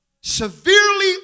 severely